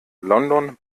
london